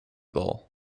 doll